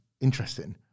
interesting